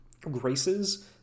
graces